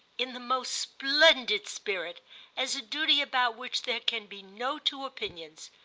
in the most splendid spirit as a duty about which there can be no two opinions.